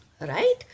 Right